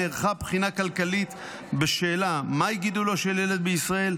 נערכה בחינה כלכלית בשאלה מהי עלות גידולו של ילד בישראל,